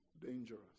dangerous